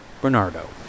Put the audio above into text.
Bernardo